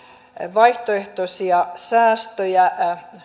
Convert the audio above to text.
vaihtoehtoisia säästöjä